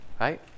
right